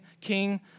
King